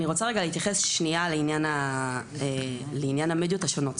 אני רוצה רגע להתייחס שניה לעניין המדיות השונות.